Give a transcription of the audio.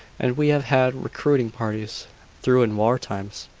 and we have had recruiting parties through in war times.